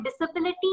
disability